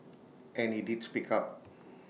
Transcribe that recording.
and he did speak up